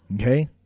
Okay